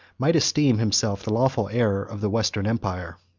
might esteem himself the lawful heir of the western empire.